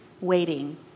waiting